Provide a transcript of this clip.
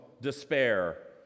despair